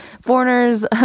foreigners